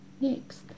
Next